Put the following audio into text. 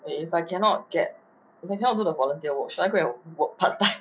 wait if I cannot get if I cannot do the volunteer work should I go work part time